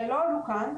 שלא עלו כאן,